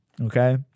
Okay